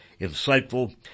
insightful